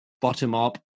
bottom-up